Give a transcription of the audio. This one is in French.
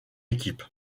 équipes